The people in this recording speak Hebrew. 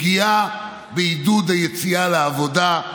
פגיעה בעידוד היציאה לעבודה,